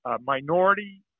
minority